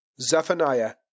Zephaniah